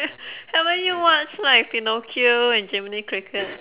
haven't you watched like pinocchio and jiminy-cricket